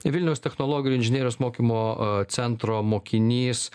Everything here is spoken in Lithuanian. vilniaus technologijų ir inžinerijos mokymo a centro mokinys